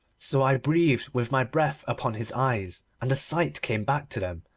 so i breathed with my breath upon his eyes, and the sight came back to them,